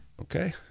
Okay